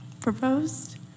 proposed